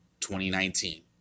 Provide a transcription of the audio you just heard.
2019